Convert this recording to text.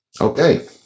Okay